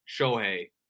Shohei